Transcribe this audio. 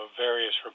various